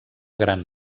gran